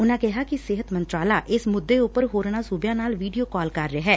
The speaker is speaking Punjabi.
ਉਨਾਂ ਕਿਹਾ ਕਿ ਸਿਹਤ ਮੰਤਰਾਲਾ ਇਸ ਮੁੱਦੇ ਉਪਰ ਹੋਰਨਾਂ ਸੁਬਿਆਂ ਨਾਲ ਵੀਡੀਓ ਕਾਲ ਕਰ ਰਿਹੈ